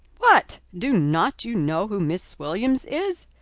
what! do not you know who miss williams is?